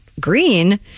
green